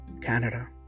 Canada